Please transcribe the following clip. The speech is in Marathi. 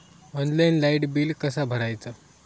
ऑनलाइन लाईट बिल कसा भरायचा?